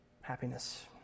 Happiness